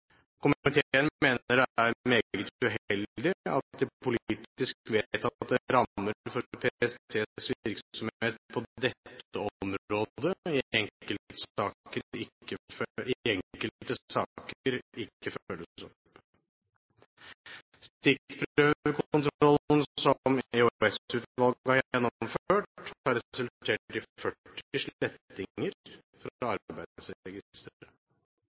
Komiteen mener det er meget uheldig at de politisk vedtatte rammer for PSTs virksomhet på dette området i enkelte saker ikke følges opp. Stikkprøvekontrollen som EOS-utvalget har gjennomført, har resultert i 40 slettinger fra